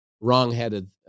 wrongheaded